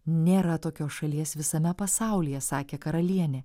nėra tokios šalies visame pasaulyje sakė karalienė